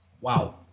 wow